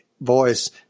voice